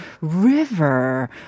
river